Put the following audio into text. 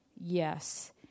Yes